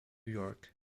york